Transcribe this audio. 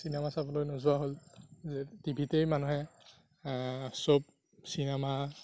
cinema চাবলৈ নোযোৱা হ'ল যে টিভিতেই মানুহে চব চিনেমা